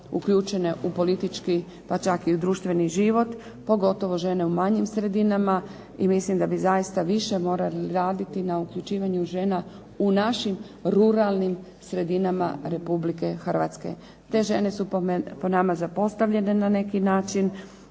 uključene u politički pa čak i u društveni život, pogotovo žene u manjim sredinama i mislim da bi zaista više morali raditi na uključivanju žena u našim ruralnim sredinama Republike Hrvatske. Te žene su po nama zapostavljena na neki način,